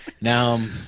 now